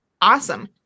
Awesome